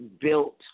built